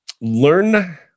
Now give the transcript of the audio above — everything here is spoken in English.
Learn